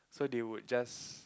so they would just